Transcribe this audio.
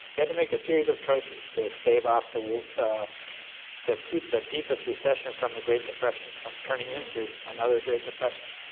we had to make a series of choices, to stave of the to keep the deepest recession from the great depression, from turning into another great depression,